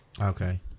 Okay